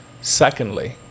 Secondly